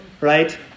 right